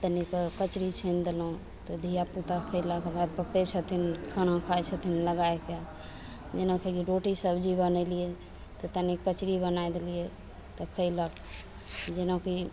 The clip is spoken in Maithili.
तनिक कचड़ी छानि देलहुँ तऽ धिया पुता खयलक पप्पे छथिन खाना खाइ छथिन लगायके जेना रोटी सब्जी बनेलियै तऽ तनिक कचड़ी बनाय देलियै तऽ खयलक जेना कि